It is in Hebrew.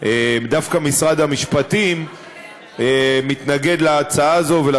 דווקא משרד המשפטים מתנגד להצעה הזאת,